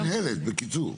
מינהלת, בקיצור.